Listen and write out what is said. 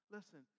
Listen